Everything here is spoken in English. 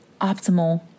optimal